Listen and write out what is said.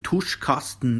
tuschkasten